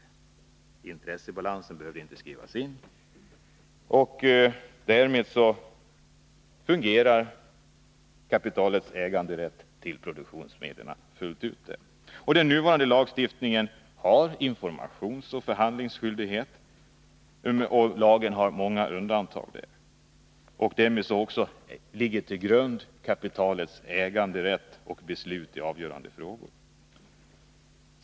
Intressebalansen behövde inte skrivas in. Därmed fungerar kapitalets äganderätt till produktionsmedlen fullt ut. Den nuvarande lagstiftningen ger informationsoch förhandlingsrätt. Men lagen har många undantag, och därmed finns en grund för kapitalets äganderätt och rätt att besluta i avgörande frågor.